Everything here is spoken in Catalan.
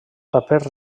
paper